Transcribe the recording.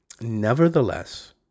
Nevertheless